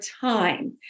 time